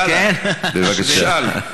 יאללה, תשאל.